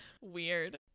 Weird